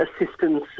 assistance